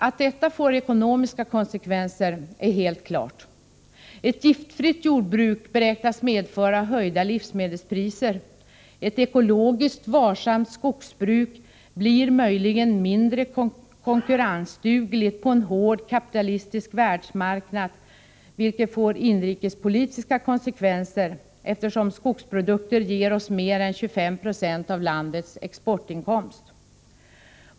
Att detta får ekonomiska konsekvenser är helt klart. Ett giftfritt jordbruk beräknas medföra höjda livsmedelspriser. Ett ekologiskt varsamt skogsbruk blir möjligen mindre konkurrensdugligt på en hård, kapitalistisk världsmarknad, vilket får inrikespolitiska konsekvenser, eftersom skogsprodukter ger oss mer än 25 96 av landets exportinkomst.